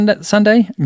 Sunday